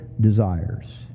desires